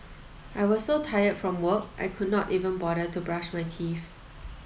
I was so tired from work I could not even bother to brush my teeth